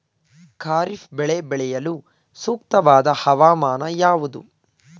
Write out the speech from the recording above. ಖಾರಿಫ್ ಬೆಳೆ ಬೆಳೆಯಲು ಸೂಕ್ತವಾದ ಹವಾಮಾನ ಯಾವುದು?